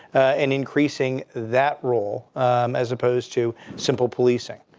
and increasing that role as opposed to simple policing.